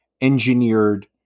engineered